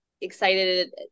excited